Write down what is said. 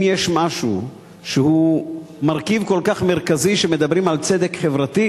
אם יש משהו שהוא מרכיב כל כך מרכזי כשמדברים על צדק חברתי,